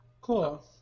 Cool